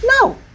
no